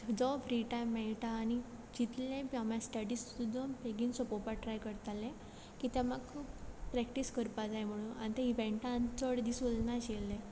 जो free time मेयटा आनी जितलें म्हागे स्टडीस सुद्दां बेगीन सोंपोवपा ट्राय करतालें किद्या म्हाका प्रॅक्टीस करपा जाय म्हणोन आनी त्या इवेंटा चोड दीस उल्ले नाय आशिल्ले